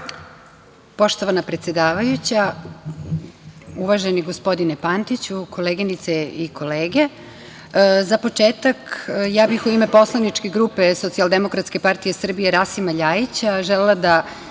Hvala. Poštovana predsedavajuća, uvaženi gospodine Pantiću, koleginice i kolege, za početak, ja bih u ime poslaničke grupe Socijaldemokratske partije Srbije, Rasima Ljajića želela da